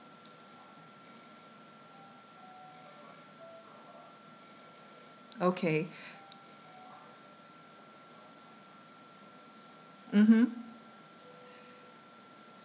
okay mmhmm